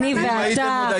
אני ואתה,